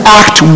act